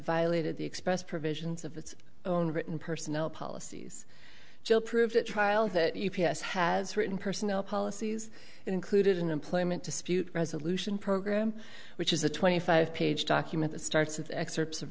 violated the express provisions of its own written personnel policies jail proved at trial that u p s has written personnel policies included in employment dispute resolution program which is a twenty five page document that starts with excerpts of